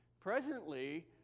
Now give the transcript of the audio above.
Presently